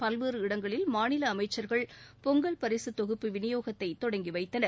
பல்வேறு இடங்களில் மாநில அமைச்சர்கள் பொங்கல் பரிசுத் தொகுப்பு விநியோகத்தை தொடங்கி வைத்தனர்